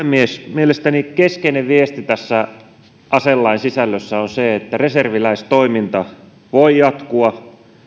mielestäni keskeinen viesti tässä aselain sisällössä on se että reserviläistoiminta voi jatkua